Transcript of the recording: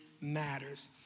matters